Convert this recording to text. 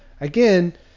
again